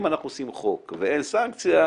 אם אנחנו עושים חוק ואין סנקציה,